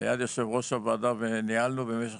ליד יושב ראש הוועדה וניהלנו דיון במשך